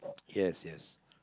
yes yes